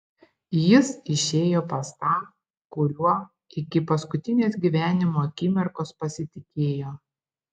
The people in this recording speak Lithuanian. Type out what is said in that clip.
jis išėjo pas tą kuriuo iki paskutinės gyvenimo akimirkos pasitikėjo